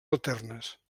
alternes